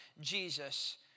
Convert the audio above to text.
Jesus